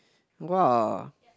[wah]